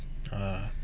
ah